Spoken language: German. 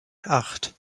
acht